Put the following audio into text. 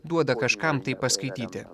duoda kažkam tai paskaityti